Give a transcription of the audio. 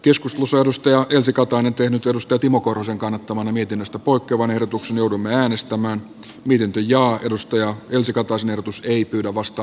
joskus museoavustaja pyysi kaupan eteen tuodusta timo korhosen kannattamana mietinnöstä potevan ehdotus joudumme äänestämään miten teija edustaja elsi kataisen ehdotus ei arvoisa puhemies